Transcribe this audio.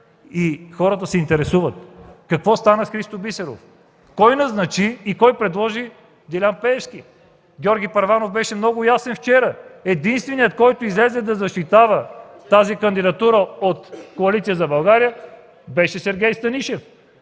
Хората се интересуват какво стана с Христо Бисеров. Кой назначи и кой предложи Делян Пеевски? Георги Първанов беше много ясен вчера – единственият, който излезе да защитава тази кандидатура от Коалиция за България, беше Сергей Станишев.